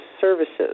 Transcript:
Services